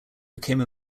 became